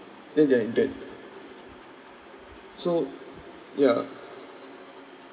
then they're in debt so yeah